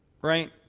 Right